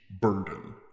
burden